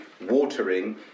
watering